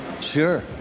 Sure